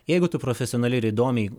jeigu tu profesionali ir įdomiai